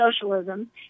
socialism